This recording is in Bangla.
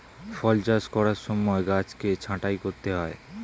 ফল চাষ করার সময় গাছকে ছাঁটাই করতে হয়